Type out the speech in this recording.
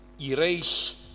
erase